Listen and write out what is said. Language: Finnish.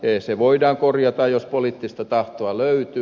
se voidaan korjata jos poliittista tahtoa löytyy